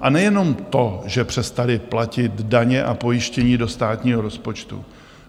A nejenom to, že přestali platit daně a pojištění do státního rozpočtu,